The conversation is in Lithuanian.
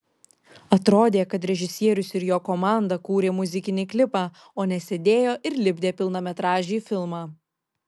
atrodė kad režisierius ir jo komanda kūrė muzikinį klipą o ne sėdėjo ir lipdė pilnametražį filmą